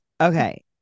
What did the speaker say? Okay